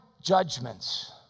judgments